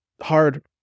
hard